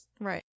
Right